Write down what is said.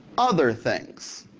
other things